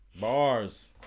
Bars